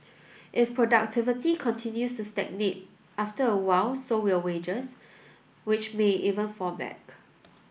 if productivity continues to stagnate after a while so will wages which may even fall back